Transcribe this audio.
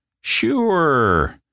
Sure